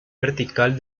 vertical